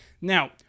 Now